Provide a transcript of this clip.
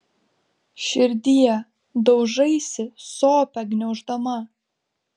širdie daužaisi sopę gniauždama